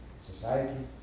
society